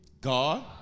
God